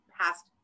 past